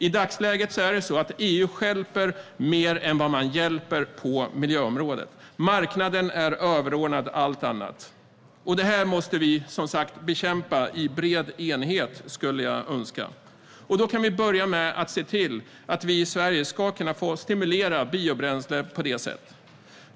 I dagsläget stjälper EU mer än vad man hjälper på miljöområdet. Marknaden är överordnad allt annat. Det här skulle jag som sagt önska att vi kunde bekämpa i bred enighet. Då kan vi börja med att se till att vi i Sverige ska kunna få stimulera biobränslen på det sätt vi vill.